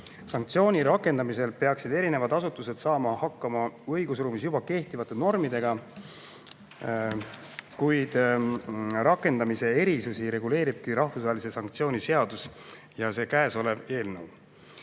Sanktsiooni rakendamisel peaksid erinevad asutused saama hakkama õigusruumis juba kehtivate normidega, kuid rakendamise erisusi reguleeribki rahvusvahelise sanktsiooni seadus ja see käesolev eelnõu.